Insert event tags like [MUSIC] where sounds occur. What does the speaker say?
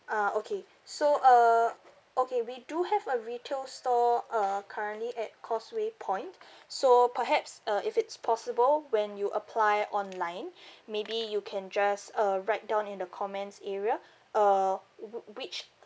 uh okay so uh okay we do have a retail store uh currently at causeway point so perhaps uh if it's possible when you apply online [BREATH] maybe you can just uh write down in the comments area uh w~ which